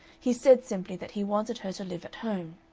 he said simply that he wanted her to live at home.